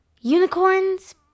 unicorns